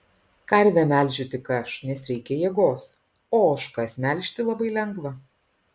karvę melžiu tik aš nes reikia jėgos o ožkas melžti labai lengva